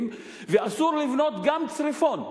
ואסור לבנות גם צריפון,